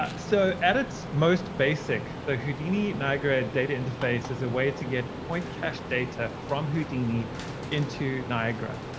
ah so at its most basic, the houdini niagara data interface is a way to get point cache data from houdini into niagara.